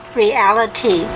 reality